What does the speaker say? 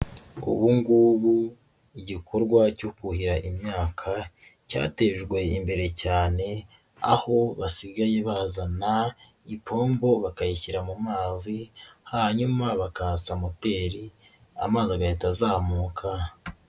Ngo ubungubu igikorwa cyo kuhira imyaka cyatejwe imbere cyane aho basigaye bazana ipombo bakayishyira mu mazi hanyuma bakatsa moteri amazi agahita azamuka.